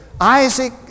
Isaac